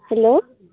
hello